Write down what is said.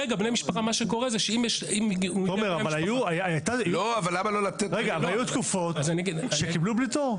אבל היו תקופות שקיבלו בלי תור.